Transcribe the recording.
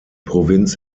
provinz